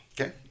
Okay